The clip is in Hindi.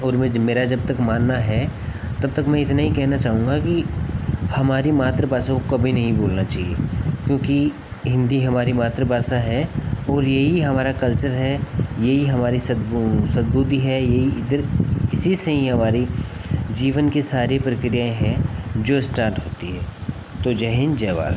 और मैं मेरा जब तक मानना है तब तक मैं इतना ही कहना चाहूँगा कि हमारी मातृभाषा को कभी नहीं भूलना चाहिए क्योंकि हिंदी हमारी मातृभाषा है और यही हमारा कल्चर है यही हमारी सद्बुद्धि है यही इधर इसी से ही हमारी जीवन की सारी प्रक्रियाएँ हैं जो स्टार्ट होती हैं तो जय हिंद जय भारत